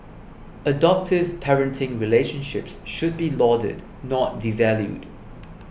adoptive parenting relationships should be lauded not devalued